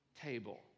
table